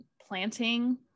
planting